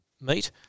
meet